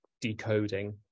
decoding